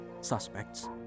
suspects